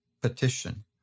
petition